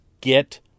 get